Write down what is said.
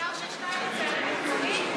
אפשר ששטייניץ יעלה במקומי?